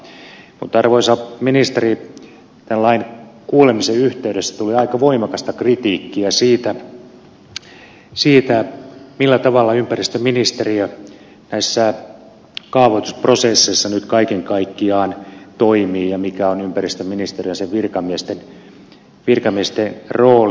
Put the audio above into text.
mutta arvoisa ministeri tämän lain kuulemisen yhteydessä tuli aika voimakasta kritiikkiä siitä millä tavalla ympäristöministeriö näissä kaavoitusprosesseissa nyt kaiken kaikkiaan toimii ja mikä on ympäristöministeriön ja sen virkamiesten rooli